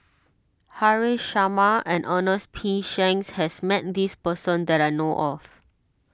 Haresh Sharma and Ernest P Shanks has met this person that I know of